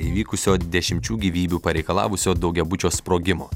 įvykusio dešimčių gyvybių pareikalavusio daugiabučio sprogimo